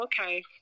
okay